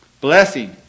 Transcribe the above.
blessing